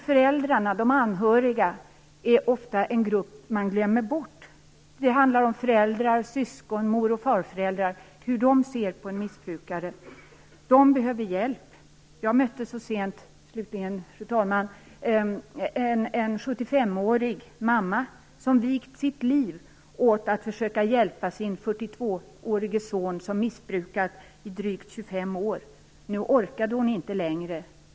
Föräldrarna, de anhöriga är ofta en grupp man glömmer bort. Det handlar om hur föräldrar, syskon, moroch farföräldrar ser på en missbrukare. De behöver hjälp. Slutligen, fru talman! Jag mötte en 75-årig mamma som vigt sitt liv åt att försöka hjälpa sin 42-årige son som missbrukat i drygt 25 år. Nu orkade hon inte längre.